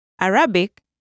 Arabic